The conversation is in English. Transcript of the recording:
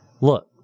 Look